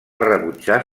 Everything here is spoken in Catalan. rebutjar